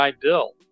bill